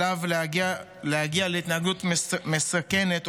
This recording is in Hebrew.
עליו להגיע להתנהגות מסכנת,